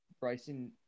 Bryson